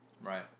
Right